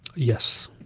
yes.